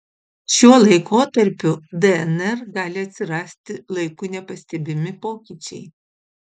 šiuo laikotarpiu dnr gali atsirasti laiku nepastebimi pokyčiai